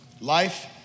life